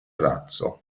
razzo